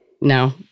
No